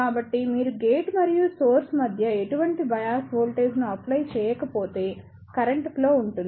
కాబట్టి మీరు గేట్ మరియు సోర్స్ మధ్య ఎటువంటి బయాస్ వోల్టేజ్ను అప్లై చేయకపోతే కరెంట్ ఫ్లో ఉంటుంది